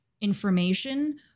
information